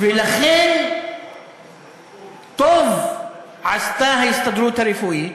ולכן טוב עשתה ההסתדרות הרפואית,